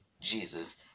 Jesus